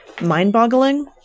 mind-boggling